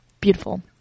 Beautiful